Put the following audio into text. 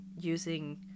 using